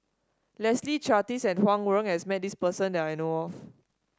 Leslie Charteris and Huang Wenhong has met this person that I know of